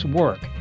work